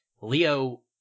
Leo